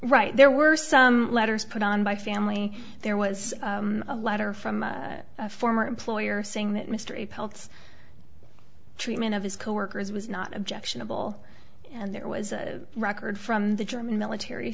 right there were some letters put on by family there was a letter from a former employer saying that mystery pelts treatment of his coworkers was not objectionable and there was a record from the german military